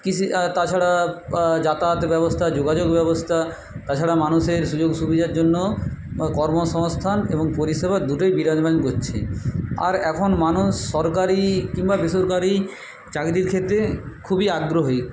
কৃষি তাছাড়া যাতায়াতের ব্যবস্থা যোগাযোগ ব্যবস্থা তাছাড়া মানুষের সুযোগ সুবিধার জন্য কর্মসংস্থান এবং পরিষেবা দুটোই বিরাজমান করছে আর এখন মানুষ সরকারি কিংবা বেসরকারি চাকরির ক্ষেত্রে খুবই আগ্রহী